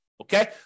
Okay